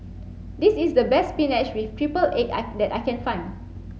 this is the best spinach with triple egg that I can find